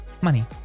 money